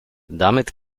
damit